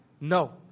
No